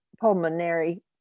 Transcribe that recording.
pulmonary